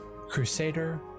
Crusader